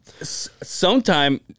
Sometime